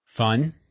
Fun